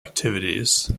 activities